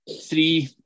three